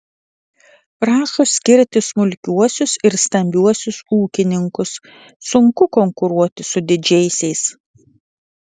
prašo skirti smulkiuosius ir stambiuosius ūkininkus sunku konkuruoti su didžiaisiais